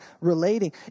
relating